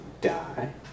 die